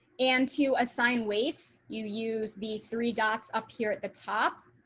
and to assign weights you use the three dots up here at the top.